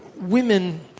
women